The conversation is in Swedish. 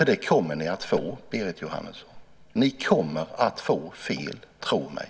Det kommer ni att få, Berit Jóhannesson. Ni kommer att få fel. Tro mig.